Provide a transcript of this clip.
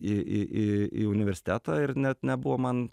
į į į į universitetą ir net nebuvo man